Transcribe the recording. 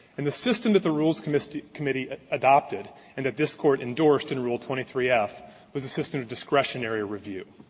in the system that the rules committee committee adopted and that this court endorsed in rule twenty three f in but the system discretionary review,